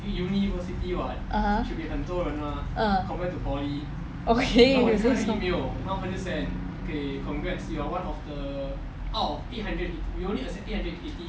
(uh huh) uh okay is it so